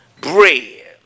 bread